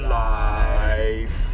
life